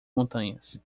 montanhas